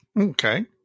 Okay